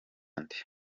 nde